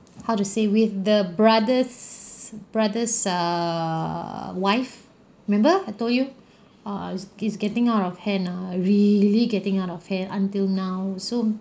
how to say with the brother's brother's err wife remember I told you err it's it's getting out of hand ah really getting out of hand until now so